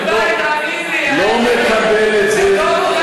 אני לא מקבל את זה.